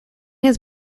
his